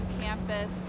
campus